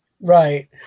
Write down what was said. Right